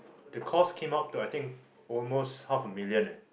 the cost came up to I think almost half a million ah